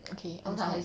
okay 还这样